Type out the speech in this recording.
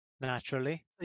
naturally